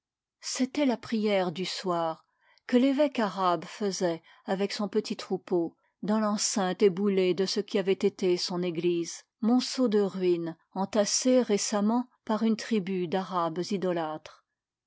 c'était la prière du soir que l'évêque arabe faisait avec son petit troupeau dans l'enceinte éboulée de ce qui avait été son église monceaux de ruines entassées récemment par une tribu d'arabes idolâtres